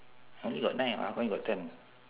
I only got nine how come you got ten